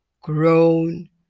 grown